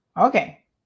Okay